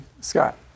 Scott